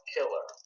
Killer